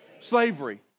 slavery